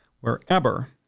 wherever